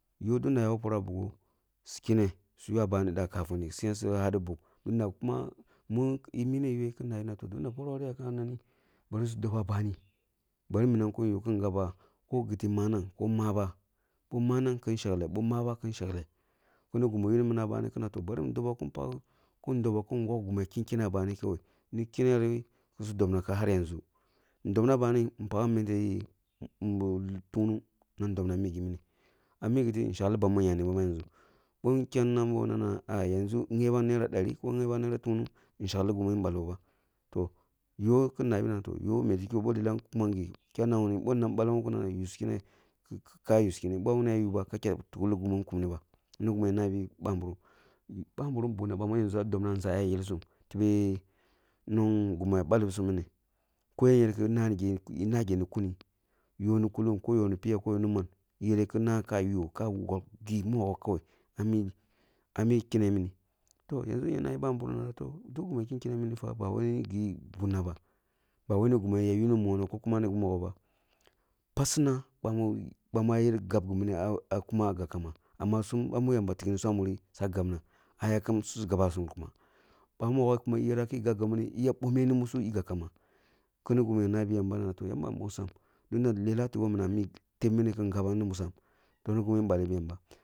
Yoh tunda ah ya who poroh ah buwo, si kene sugwa ba ni dah kafini su daadi buk, minam kuma eh mine gweh kin nabi noh toh, tunda eh mine gweh kina toh bi parohri yakenweh, bari kusu doba bani bari kin minam ko yeh kusu doba bami kisu gaba ko giti manang boh maba, boh manang kin shekleh, boh maba kin shekleh, mini gimi yuni minam ah bani kina dobo kin wok gima keni keneh eh bani kawai, ni kenri kisu dobna har yanʒu. dobna bani pogha minti tingnung nan dobna ah mi gi mīni nan dobna shekli bamin yani ba yanʒu. bon kyam nambo nana yanʒu nghebam naira dari ko nghebam naira tungnung, nshekhi gimi baliboba toh yoh meti kigho ki nana yoh lelah kunam gi boh bin balambo kun na yu su kene ka yu su kene boh wuna yuba kada yunghi gimin kumni ba. Mini ni gimi ya nabi babirim. Babirim bunna bami yanʒu ah dobna nʒah ah ya yelsun tebe gimi ya nana bi sum mini, koyem yereh ki naghe mi kuni, yoh ni kulungko yoh ni piya ko yohno man yereh kina, kayu ka wogho gi mogho kawai ah mi keneh mini. Toh, yanʒu ya nabi babirim nana toh, duk gimi ya ken kunneh minifa ba wai ni gi bunna ba, ba wai ni gima yuni monoh kokuma nigi mogho gho ba, passina bama yer gab gi mina amma eh kuma gab kamba, amma sum bami yamba tikni sum ah muri su kumah su gab na, suya kam mususum, su gabasum kuma. Bamogho iyer gab gimni ah kuma ah gab kamba, iya mbommeh ni musuk eh gab kamba, kini gimi ya nabi yamba na toh, yamba nbongsam tunda lelah ahtigho minam ah mi teb mini ngaban ni musam.